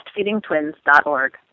breastfeedingtwins.org